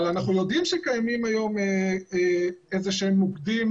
אבל אנחנו יודעים שקיימים היום איזשהם מוקדים,